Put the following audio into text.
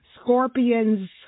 Scorpions